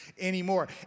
anymore